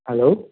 hello